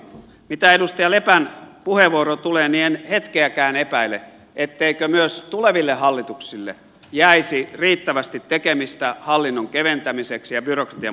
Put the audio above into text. mitä edustaja lepän puheenvuoroon tulee niin en hetkeäkään epäile etteikö myös tuleville hallituksille jäisi riittävästi tekemistä hallinnon keventämiseksi ja byrokratian purkamiseksi